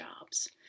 jobs